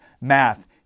math